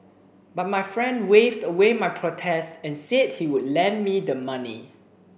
but my friend waved away my protests and said he would lend me the money